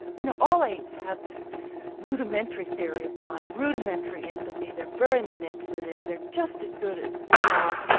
you know all apes have this rudimentary theory of mind, rudimentary empathy, they are very manipulative, they are just as good as we are.